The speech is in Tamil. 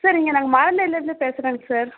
சார் இங்கே நாங்கள் லேருந்து பேசுகிறேங்க சார்